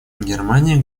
германия